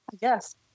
yes